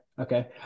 Okay